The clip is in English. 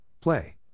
play